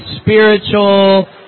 spiritual